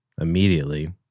immediately